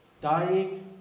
dying